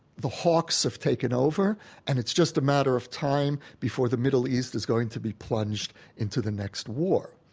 the hawks have taken over and it's just a matter of time before the middle east is going to be plunged into the next war.